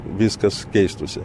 viskas keistųsi